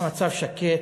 המצב שקט,